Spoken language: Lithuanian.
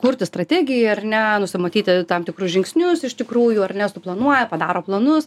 kurti strategiją ar ne nusimatyti tam tikrus žingsnius iš tikrųjų ar ne suplanuoja padaro planus